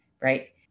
right